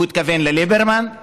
הוא התכוון לליברמן,